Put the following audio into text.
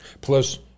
plus